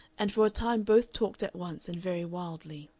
and for a time both talked at once and very wildly.